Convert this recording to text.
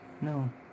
No